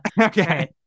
okay